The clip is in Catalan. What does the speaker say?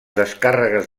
descàrregues